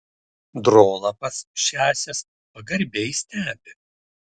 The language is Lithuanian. drolapas šiąsias pagarbiai stebi